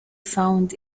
found